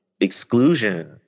exclusion